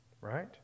right